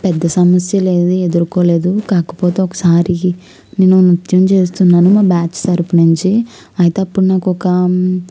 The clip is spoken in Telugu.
పెద్ద సమస్య లేదు ఎదుర్కోలేదు కాకపోతే ఒకసారి నేను నృత్యం చేస్తున్నాను మా బ్యాచ్ తరపునుంచి అయితే అప్పుడు నాకొక